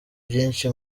byinshi